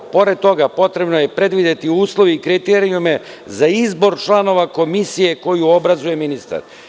Pored toga, potrebno je predvideti uslove i kriterijume za izbor članova komisije koju obrazuje ministar.